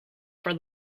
for